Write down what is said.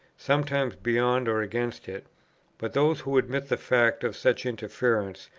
sometimes beyond or against it but those who admit the fact of such interferences,